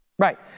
Right